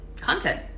content